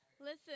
Listen